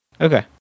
Okay